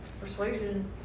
persuasion